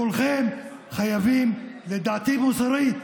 כולכם חייבים, לדעתי, מוסרית,